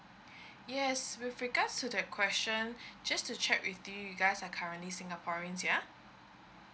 yes with regards to that question just to check with you you guys are currently singaporeans yeah